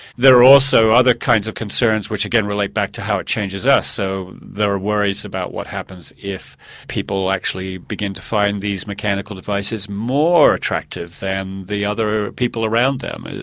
there are also other kinds of concerns which again relate back to how it changes us, so there are worries about what happens if people actually begin to find these mechanical devices more attractive than the other people around them,